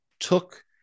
took